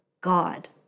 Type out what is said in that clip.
God